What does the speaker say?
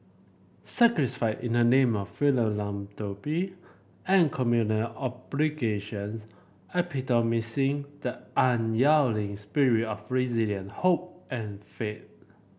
in the name of philanthropy and communal obligations epitomising the unyielding spirit of resilience hope and faith